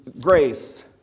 grace